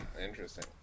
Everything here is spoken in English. interesting